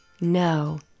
No